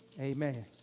Amen